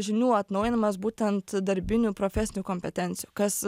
žinių atnaujinimas būtent darbinių profesinių kompetencijų kas